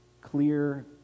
clear